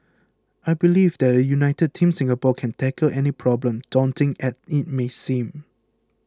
I believe that a united Team Singapore can tackle any problem daunting as it may seem